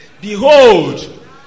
Behold